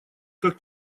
как